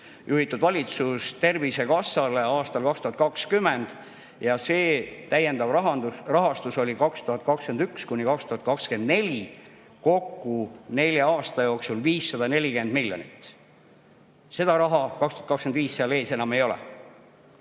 juhitud valitsus Tervisekassale aastal 2020. See täiendav rahastus oli 2021–2024 kokku nelja aasta jooksul 540 miljonit. Seda raha 2025 seal sees enam ei ole.